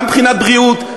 גם מבחינת בריאות,